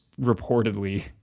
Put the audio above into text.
reportedly